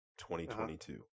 2022